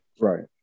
right